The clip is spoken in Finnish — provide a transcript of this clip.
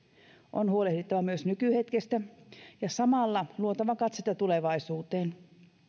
on huolehdittava myös nykyhetkestä ja samalla luotava katsetta tulevaisuuteen